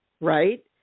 Right